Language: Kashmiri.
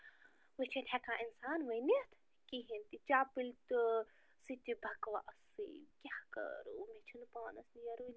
وۄنۍ چھِنہٕ ہٮ۪کان اِنسان ؤنِتھ کِہیٖنۍ تہِ چَپٕنۍ تہٕ سُہ تہِ بکواسٕے کیٛاہ کَرو مےٚ چھِنہٕ پانس نیرٲنی